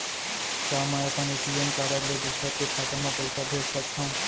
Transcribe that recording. का मैं अपन ए.टी.एम कारड ले दूसर के खाता म पइसा भेज सकथव?